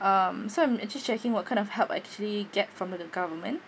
um so I'm actually checking what kind of help actually get from the government